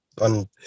on